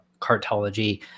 Cartology